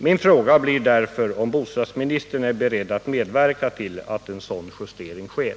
Min fråga blir därför om bostadsministern är beredd att medverka till att en sådan justering sker.